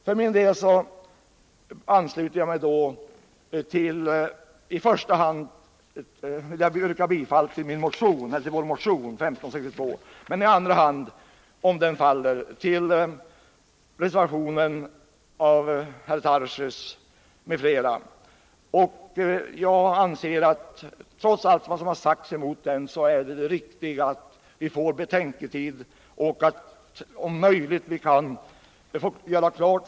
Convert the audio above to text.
För min del stödjer jag i första hand vår motion 1562. Om den faller avser jag att i andra hand stödja reservationen av herr Tarschys m.fl. Trots allt vad som har sagts mot den reservationen måste det viktiga vara att vi får betänketid och kan göra klart för åtminstone de flesta att det behövs en grundförstärkning.